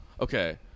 Okay